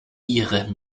ihre